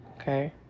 okay